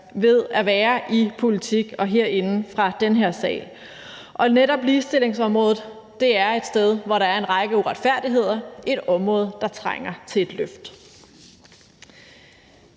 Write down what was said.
ved at være i politik og herinde fra den her sal, og netop ligestillingsområdet er et område, hvor der er en række uretfærdigheder, et område, der trænger til et løft.